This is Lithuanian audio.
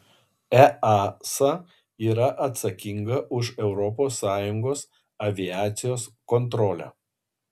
easa yra atsakinga už europos sąjungos aviacijos kontrolę